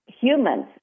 humans